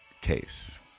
case